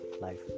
life